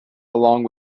along